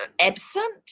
absent